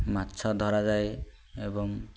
ମାଛ ଧରାଯାଏ ଏବଂ